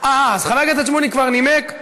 כבר נימק,